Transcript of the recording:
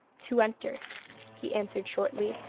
to enter he answered shortly.